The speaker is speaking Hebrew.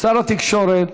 שר התקשורת